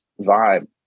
vibe